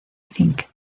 cinc